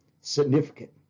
significant